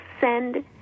send